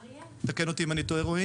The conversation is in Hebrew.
רועי, תתקן אותי אם אני טועה.